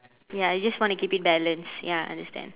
ya you just want to keep it balanced ya I understand